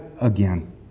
again